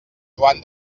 joan